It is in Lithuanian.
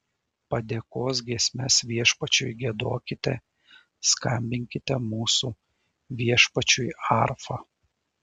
padėkos giesmes viešpačiui giedokite skambinkite mūsų viešpačiui arfa